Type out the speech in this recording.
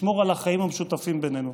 לשמור על החיים המשותפים בינינו.